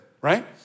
right